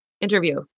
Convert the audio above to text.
interview